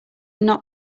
not